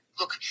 look